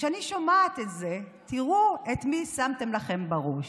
כשאני שומעת את זה, תראו את מי שמתם לכם בראש,